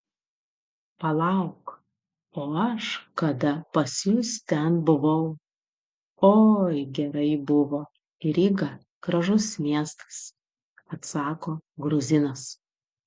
palauk o aš kada pas jus ten buvau oi gerai buvo ryga gražus miestas atsako gruzinas